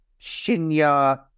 Shinya